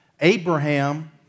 Abraham